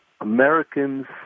Americans